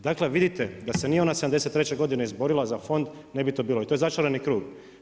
Dakle vidite, da se nije ona '73. godine izborila za fond ne bi to bilo i to je začarani krug.